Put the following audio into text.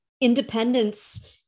independence